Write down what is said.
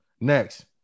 Next